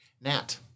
Nat